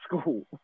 school